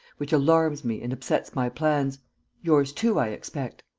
which alarms me and upsets my plans yours too, i expect?